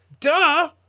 Duh